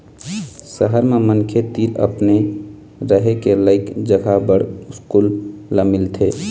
सहर म मनखे तीर अपने रहें के लइक जघा बड़ मुस्कुल ल मिलथे